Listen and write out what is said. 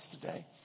today